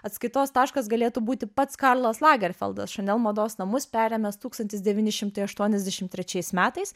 atskaitos taškas galėtų būti pats karlas lagerfeldas šanel mados namus perėmęs tūkstantis devyni šimtai aštuoniasdešim trečiais metais